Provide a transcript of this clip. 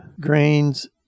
grains